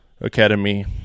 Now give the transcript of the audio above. academy